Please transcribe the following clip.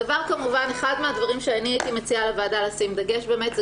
אחד מהדברים שאני הייתי מציעה לוועדה לשים דגש באמת,